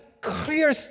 clear